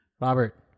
Robert